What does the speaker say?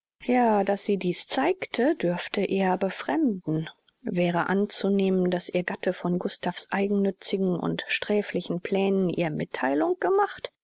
ja daß sie dieß zeigte dürfte eher befremden wäre anzunehmen daß ihr gatte von gustav's eigennützigen und sträflichen plänen ihr mittheilung gemacht